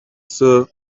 soeur